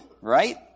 Right